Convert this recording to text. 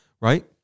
right